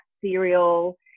cereal